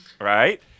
right